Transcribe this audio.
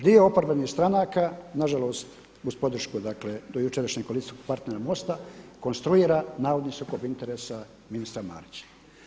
Dio oporbenih stranaka na žalost uz podršku, dakle dojučerašnjeg koalicijskog partnera MOST-a opstruira navodni sukob interesa ministra Marića.